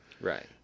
right